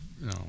No